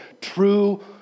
true